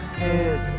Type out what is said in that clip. head